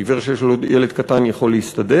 עיוור שיש לו ילד קטן יכול להסתדר?